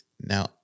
Now